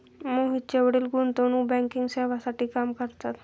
मोहितचे वडील गुंतवणूक बँकिंग सेवांसाठी काम करतात